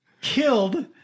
killed